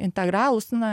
integralus na